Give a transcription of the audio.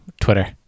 Twitter